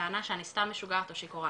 בטענה שאני סתם משוגעת או שיכורה.